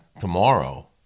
tomorrow